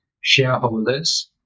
shareholders